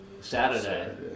Saturday